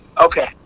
Okay